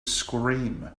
scream